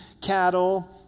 cattle